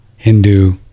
Hindu